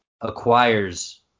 acquires –